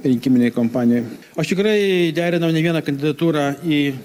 rinkiminėj kampanijoj aš tikrai derinau ne vieną kandidatūrą į